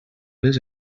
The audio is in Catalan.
les